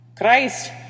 Christ